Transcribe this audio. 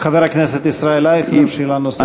חבר הכנסת ישראל אייכלר, שאלה נוספת.